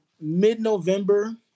mid-November